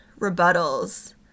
rebuttals